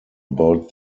about